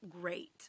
great